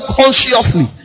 consciously